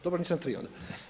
Dobro nisam tri onda.